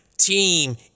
team